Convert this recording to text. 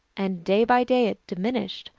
and day by day it diminished,